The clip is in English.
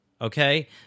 Okay